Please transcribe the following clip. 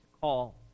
call